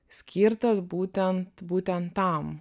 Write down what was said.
skirtas būtent būtent tam